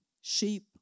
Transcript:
Sheep